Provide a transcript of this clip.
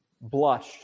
blush